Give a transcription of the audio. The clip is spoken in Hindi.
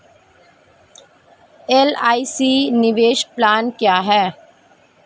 एल.आई.सी निवेश प्लान क्या है?